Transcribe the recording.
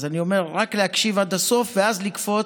אז אני אומר: רק להקשיב עד הסוף ואז לקפוץ,